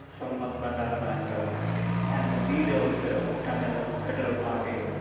solomon bandaranaike ah and the leader of the tamil federal party,